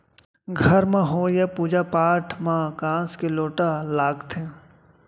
घर म होवइया पूजा पाठ म कांस के लोटा लागथे